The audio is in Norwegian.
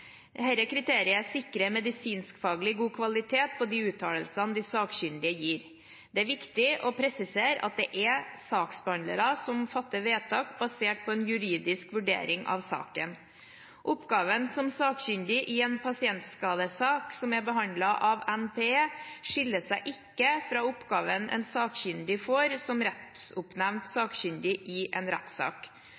kriteriet sikrer medisinskfaglig god kvalitet på de uttalelsene de sakkyndige gir. Det er viktig å presisere at det er saksbehandler som fatter vedtak, basert på en juridisk vurdering av saken. Oppgaven som sakkyndig i en pasientskadesak som er behandlet av NPE, skiller seg ikke fra oppgaven en sakkyndig får som rettsoppnevnt